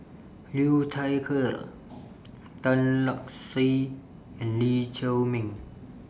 Liu Thai Ker Tan Lark Sye and Lee Chiaw Meng